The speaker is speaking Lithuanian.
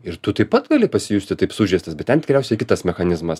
ir tu taip pat gali pasijusti taip sužeistas bet ten tikriausiai kitas mechanizmas